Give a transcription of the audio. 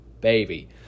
baby